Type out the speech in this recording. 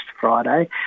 Friday